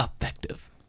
effective